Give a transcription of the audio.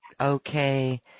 Okay